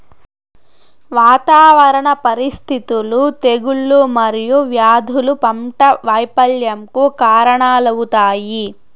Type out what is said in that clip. వాతావరణ పరిస్థితులు, తెగుళ్ళు మరియు వ్యాధులు పంట వైపల్యంకు కారణాలవుతాయి